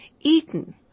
eaten